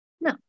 No